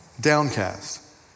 Downcast